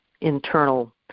internal